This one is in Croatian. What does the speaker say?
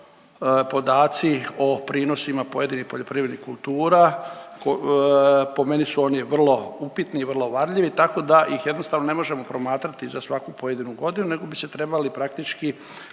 podaci o prinosima pojedinih poljoprivrednih kultura, po meni su oni vrlo upitni i vrlo varljivi, tako da ih jednostavno ne možemo promatrati za svaku pojedinu godinu nego bi se trebali praktički